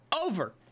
over